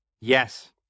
yes